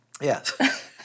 Yes